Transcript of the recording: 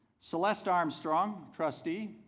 celeste armstrong trustee,